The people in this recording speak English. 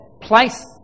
place